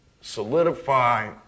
solidify